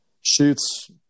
shoots –